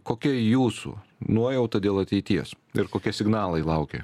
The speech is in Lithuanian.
kokia jūsų nuojauta dėl ateities ir kokie signalai laukia